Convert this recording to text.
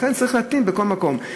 לכן צריך להתאים בכל מקום.